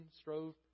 Strove